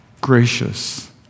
gracious